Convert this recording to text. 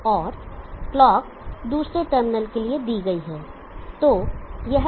और क्लॉक दूसरे टर्मिनल के लिए दी गई है